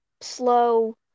slow